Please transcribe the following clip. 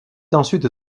ensuite